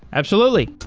absolutely.